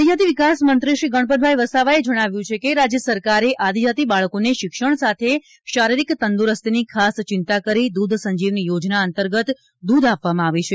આદિજાતિ વિકાસ મંત્રીક્રી ગણપતભાઇ વસાવાએ જણાવ્યું છે કે રાજ્ય સરકારે આદિજાતિ બાળકોને શિક્ષણ સાથે શારીરિક તંદુરસ્તી ખાસ ચિંતા કરી દૂધ સંજીવની યોજના અતંગંત દુધ આપવામાં આવે છે